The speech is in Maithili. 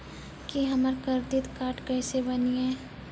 की हमर करदीद कार्ड केसे बनिये?